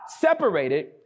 separated